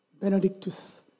Benedictus